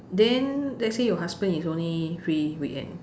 then let's say your husband is only free weekend